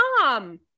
mom